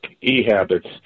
E-Habits